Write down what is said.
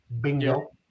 Bingo